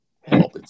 help